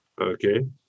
okay